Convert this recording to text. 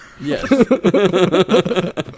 Yes